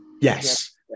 Yes